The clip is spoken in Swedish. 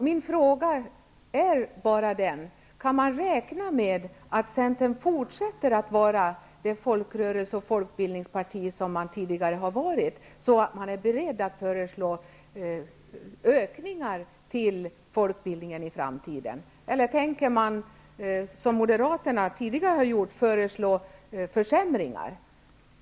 Min fråga är bara: Kan vi räkna med att Centern fortsätter att vara det folkrörelseoch folkbildningsparti som man tidigare har varit, så att man är beredd att föreslå ökade anslag till folkbildningen i framtiden? Eller tänker Centern, som Moderaterna tidigare har gjort, föreslå försämringar?